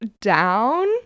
down